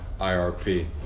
IRP